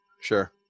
Sure